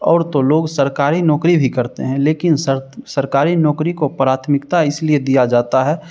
और तो लोग सरकारी नौकरी भी करते हैं लेकिन सरकारी नौकरी को प्राथमिकता इसलिए दिया जाता है